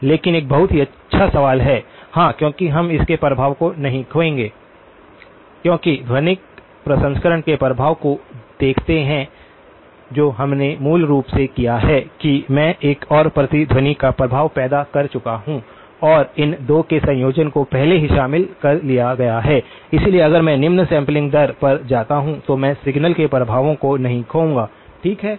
लेकिन एक बहुत ही अच्छा सवाल है हाँ क्योंकि हम इसके प्रभाव को नहीं खोएंगे क्योंकि ध्वनिक प्रसंस्करण के प्रभाव को देखते हैं जो हमने मूल रूप से किया है कि मैं एक और प्रतिध्वनि का प्रभाव पैदा कर चुका हूं और इन 2 के संयोजन को पहले ही शामिल कर लिया गया है इसलिए अगर मैं निम्न सैंपलिंग दर पर जाता हूं तो मैं सिग्नल के प्रभाव को नहीं खोऊंगा ठीक है